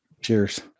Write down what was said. Cheers